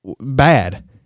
bad